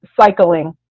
cycling